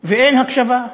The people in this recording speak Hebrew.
ואין הקשבה.